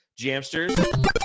Jamsters